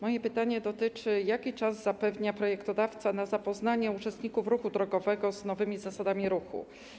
Moje pytanie: Jaki czas zapewnia projektodawca na zapoznanie uczestników ruchu drogowego z nowymi zasadami ruchu?